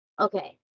Okay